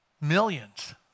millions